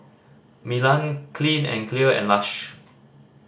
Milan Clean and Clear and Lush